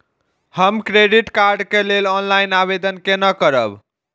हम credit card के लेल ऑनलाइन आवेदन केना करब?